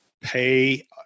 pay